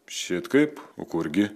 šit kaip o kurgi